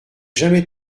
jamais